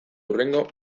hurrengo